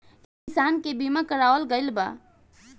किसान के बीमा करावल गईल बा